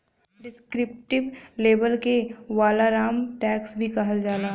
descriptive label के वालाराम tax भी कहल जाला